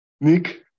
Nick